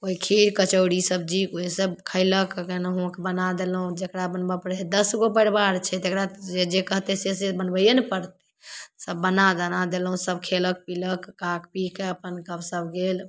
कोइ खीर कचौड़ी सब्जी वएहसब खएलक केनाहुके बना देलहुँ जकरा बनबै पड़ै हइ दसगो परिवार छै तकरा जे जे कहतै से से बनबैए ने पड़तै सब बना तना देलहुँ सब खएलक पिलक खा पीके अपन गपशप गेल